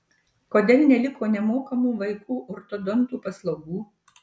kodėl neliko nemokamų vaikų ortodontų paslaugų